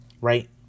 right